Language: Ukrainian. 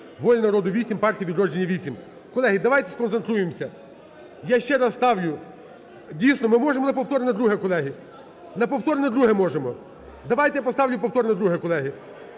"Воля народу" – 8, "Партія "Відродження" – 8. Колеги, давайте сконцентруємось. Я ще раз ставлю. Дійсно, ми можемо на повторне друге, колеги. На повторне друге можемо. Давайте поставлю повторне друге, колеги.